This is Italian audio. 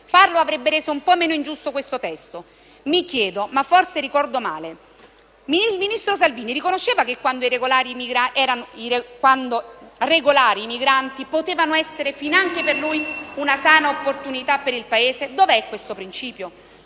Farlo avrebbe reso un po' meno ingiusto questo testo. Mi chiedo, ma forse ricordo male: il ministro Salvini riconosceva che, quando regolari, i migranti potevano essere finanche per lui una sana opportunità per il Paese? Dov'è questo principio?